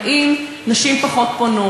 האם נשים פונות פחות?